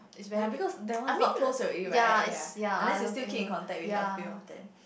ya because that one is not close already right ya unless you still keep in contact with a few of them